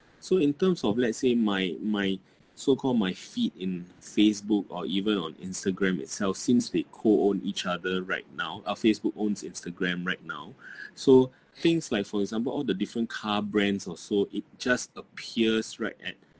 so in terms of let's say my my so-called my feed in Facebook or even on Instagram itself since they co-own each other right now uh Facebook owns Instagram right now so things like for example all the different car brands or so it just appears right at